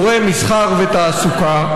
אזורי מסחר ותעסוקה,